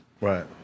Right